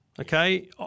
Okay